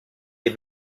est